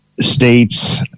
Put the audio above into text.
states